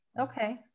Okay